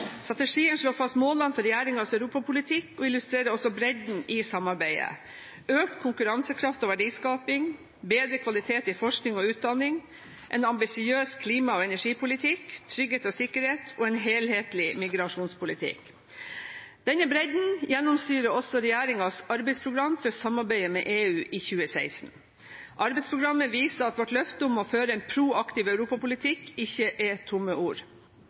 Strategien slår fast målene for regjeringens europapolitikk og illustrerer også bredden i samarbeidet: økt konkurransekraft og verdiskaping, bedre kvalitet i forskning og utdanning, en ambisiøs klima- og energipolitikk, trygghet og sikkerhet og en helhetlig migrasjonspolitikk. Denne bredden gjennomsyrer også regjeringens arbeidsprogram for samarbeidet med EU i 2016. Arbeidsprogrammet viser at vårt løfte om å føre en proaktiv europapolitikk ikke er tomme ord.